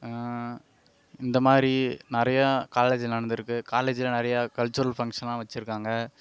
இந்த மாதிரி நிறையா காலேஜில் நடந்துருக்குது காலேஜில் நிறையா கல்ச்சுரல் ஃபங்க்ஷ்ன்லாம் வச்சிருக்காங்க